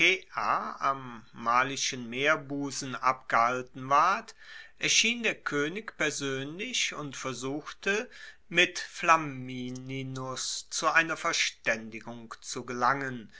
am malischen meerbusen abgehalten ward erschien der koenig persoenlich und versuchte mit flamininus zu einer verstaendigung zu gelangen